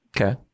Okay